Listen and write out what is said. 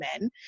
men